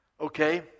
okay